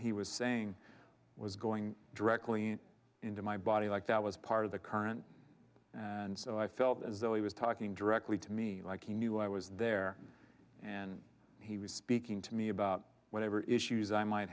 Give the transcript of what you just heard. he was saying was going directly into my body like that was part of the current and so i felt as though he was talking directly to me like he knew i was there and he was speaking to me about whatever issues i might